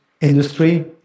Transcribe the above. industry